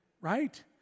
right